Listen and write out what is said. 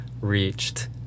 reached